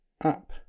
up